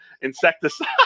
insecticide